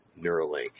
Neuralink